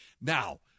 Now